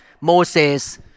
Moses